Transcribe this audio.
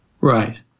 Right